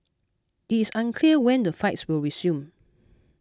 it is unclear when the flights will resume